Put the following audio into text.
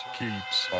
keeps